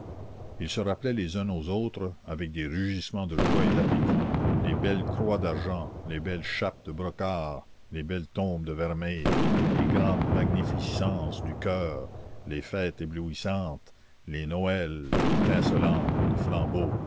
ils se rappelaient les uns aux autres avec des rugissements de joie et d'appétit les belles croix d'argent les belles chapes de brocart les belles tombes de vermeil les grandes magnificences du choeur les fêtes éblouissantes les noëls étincelantes de flambeaux